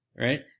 right